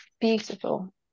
beautiful